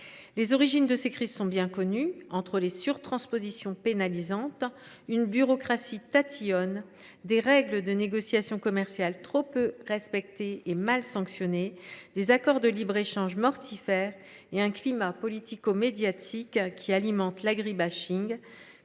Les origines de ces crises sont bien connues. Entre les surtranspositions pénalisantes, une bureaucratie tatillonne, des règles de négociations commerciales trop peu respectées et mal sanctionnées, des accords de libre échange mortifères et un climat politico médiatique qui alimente l’agri ,